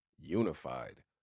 unified